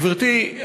גברתי,